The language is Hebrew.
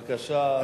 בבקשה.